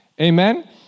Amen